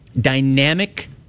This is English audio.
dynamic